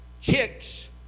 chicks